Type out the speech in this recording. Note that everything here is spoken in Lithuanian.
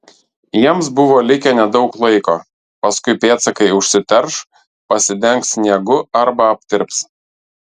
jiems buvo likę nedaug laiko paskui pėdsakai užsiterš pasidengs sniegu arba aptirps